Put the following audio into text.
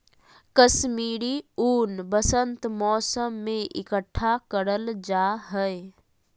कश्मीरी ऊन वसंत मौसम में इकट्ठा करल जा हय